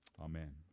Amen